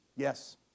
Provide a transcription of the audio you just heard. Yes